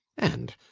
and,